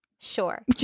Sure